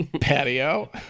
patio